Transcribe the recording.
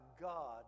God